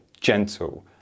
gentle